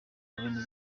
rurimi